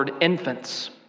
infants